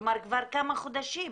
כלומר כבר כמה חודשים.